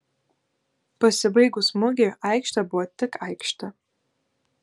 pasibaigus mugei aikštė buvo tik aikštė